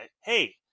hey